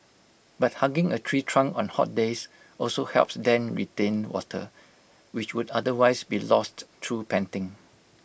but hugging A tree trunk on hot days also helps then retain water which would otherwise be lost through panting